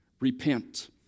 repent